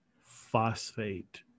phosphate